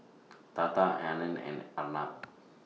Tata Anand and Arnab